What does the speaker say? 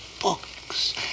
Books